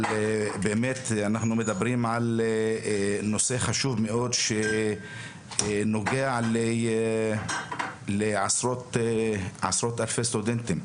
אנחנו מדברים על נושא חשוב מאוד שנוגע לעשרות אלפי סטודנטים,